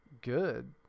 Good